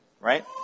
right